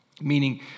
Meaning